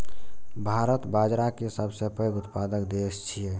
भारत बाजारा के सबसं पैघ उत्पादक देश छियै